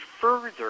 further